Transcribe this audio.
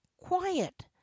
quiet